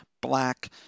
black